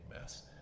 mess